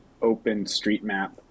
OpenStreetMap